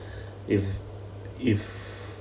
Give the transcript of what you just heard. if if